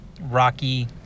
rocky